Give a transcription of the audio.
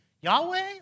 Yahweh